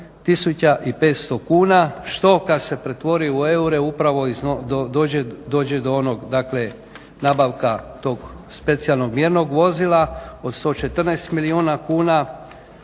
500 kuna što kad se pretvori u eure upravo dođe do onog nabavka tog specijalnog mjernog vozila od 114 milijuna kuna,